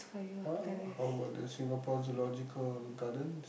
uh how about the Singapore zoological gardens